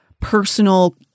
personal